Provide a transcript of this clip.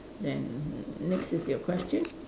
then next is your question